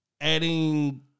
Adding